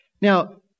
Now